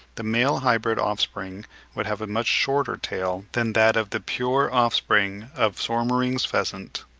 the male hybrid offspring would have a much shorter tail than that of the pure offspring of soemmerring's pheasant.